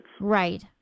Right